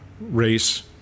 race